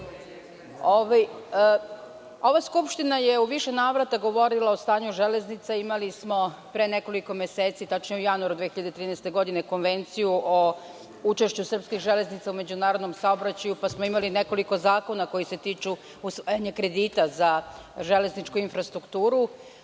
skupština je u više navrata govorila o stanju železnica. Imali smo pre nekoliko meseci, tačnije u januaru 2013. godine, Konvenciju o učešću srpskih železnica u međunarodnom saobraćaju, pa smo imali nekoliko zakona koji se tiču usvajanja kredita za železničku infrastrukturu.